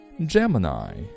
Gemini